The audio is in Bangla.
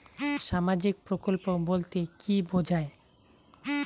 সামাজিক প্রকল্প বলতে কি বোঝায়?